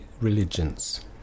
religions